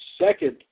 second